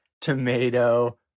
tomato